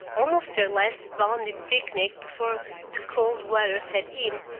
almost their last balmy picnic before the cold weather set in,